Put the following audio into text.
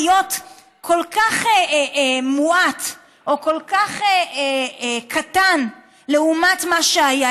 להיות כל כך מועט או כל כך קטן לעומת מה שהיה.